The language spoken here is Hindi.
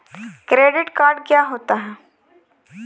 क्रेडिट कार्ड क्या होता है?